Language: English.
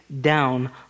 down